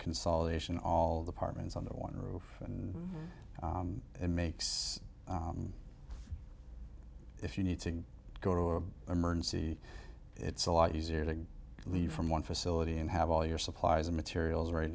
consolidation all departments on the one roof and it makes if you need to go to a emergency it's a lot easier to leave from one facility and have all your supplies and materials ready